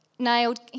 Nailed